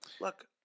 Look